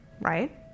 right